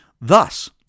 Thus